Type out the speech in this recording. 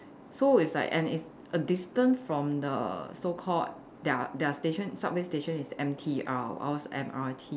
so it's like and it's a distance from the so called their their station subway station is M_T_R ours M_R_T